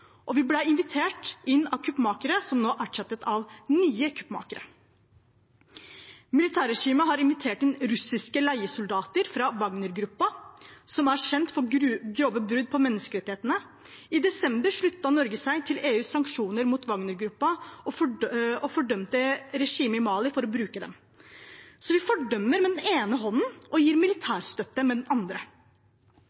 Og vi ble invitert inn av kuppmakere som nå er erstattet av nye kuppmakere. Militærregimet har invitert inn russiske leiesoldater fra Wagnergruppen, som er kjent for grove brudd på menneskerettighetene. I desember sluttet Norge seg til EUs sanksjoner mot Wagnergruppen og fordømte regimet i Mali for å bruke dem. Så vi fordømmer med den ene hånden og gir